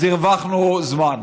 אז הרווחנו זמן.